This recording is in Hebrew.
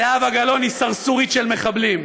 זהבה גלאון היא סרסורית של מחבלים.